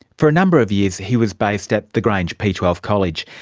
for a number of years he was based at the grange p twelve college.